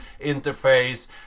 Interface